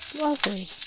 Lovely